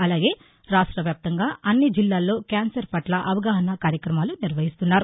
అలాగే రాష్ట వ్యాప్తంగా అన్ని జిల్లాల్లో క్యాన్సర్ పట్ల అవగాహన కార్యక్రమాలు నిర్వహిస్తున్నారు